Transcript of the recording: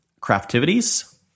craftivities